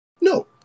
No